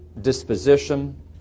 disposition